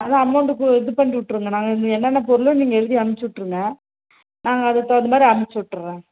அதான் அமௌண்ட்டு இப்போ இது பண்ணிவிட்டுருங்க நாங்கள் என்னென்ன பொருள் நீங்கள் எழுதி அனுப்பிச்சுவிட்டுருங்க நாங்கள் அதுக்கு தகுந்தா மாதிரி அனுப்பிச்சுவிட்டுறோம்